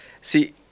see